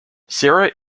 sarah